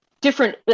different